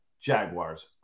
Jaguars